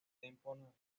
tempo